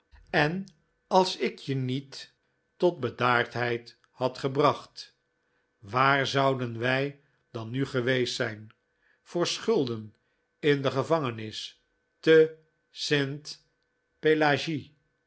en als ik je niet tot bedaardheid had gebracht waar zouden wij dan nu geweest zijn voor schulden in de gevangenis te